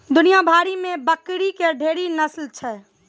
दुनिया भरि मे बकरी के ढेरी नस्ल छै